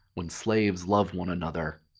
when slaves love one another,